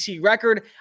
record